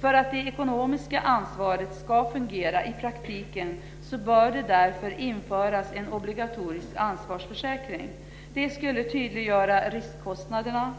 För att det ekonomiska ansvaret ska fungera i praktiken bör det därför införas en obligatorisk ansvarsförsäkring. Det skulle tydliggöra riskkostnaderna.